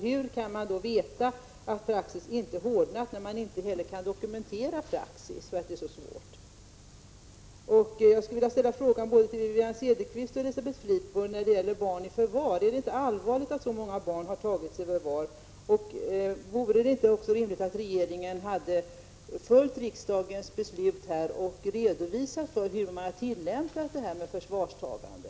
Hur kan man veta att praxis inte har hårdnat, när man inte kan dokumentera den därför att det är så svårt? Jag skulle vilja ställa frågan till både Wivi-Anne Cederqvist och Elisabeth Fleetwood: Är det inte allvarligt att så många barn tas i förvar? Vore det inte också rimligt att regeringen hade följt riksdagens beslut här och redovisat hur man har tillämpat reglerna för förvarstagande?